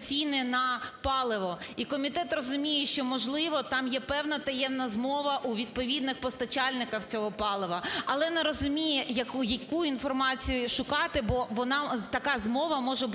ціни на паливо. І комітет розуміє, що можливо там є певна таємна змова у відповідних постачальників цього палива, але не розуміє, яку інформацію шукати, бо така змова може бути